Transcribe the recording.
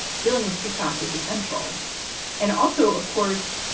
dealing with ticktock is essential and also, of course,